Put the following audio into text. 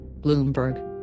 Bloomberg